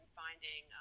finding